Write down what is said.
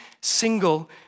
single